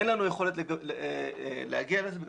אין לנו יכולת להגיע לזה כי